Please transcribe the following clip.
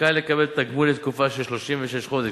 זכאי לקבל תגמול לתקופה של 36 חודשים,